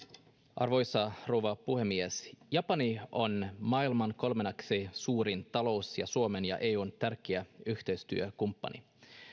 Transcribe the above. arvoisa rouva puhemies japani on maailman kolmanneksi suurin talous ja suomen ja eun tärkeä yhteistyökumppani